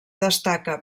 destaca